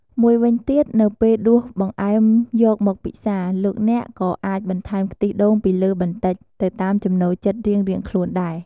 មួយវិញទៀត នៅពេលដួសបង្អែមយកមកពិសា លោកអ្នកក៏អាចបន្ថែមខ្ទិះដូងពីលើបន្តិច ទៅតាមចំណូលចិត្តរៀងៗខ្លួនដែរ។